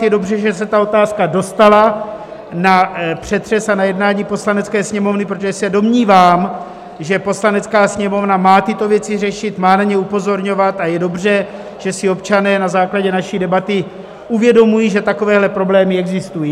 Je dobře, že se ta otázka dostala na přetřes a na jednání Poslanecké sněmovny, protože se domnívám, že Poslanecká sněmovna má tyto věci řešit, má na ně upozorňovat, a je dobře, že si občané na základě naší debaty uvědomují, že takovéhle problémy existují.